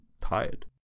tired